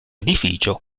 edificio